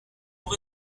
pour